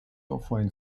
offline